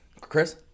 Chris